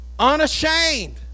unashamed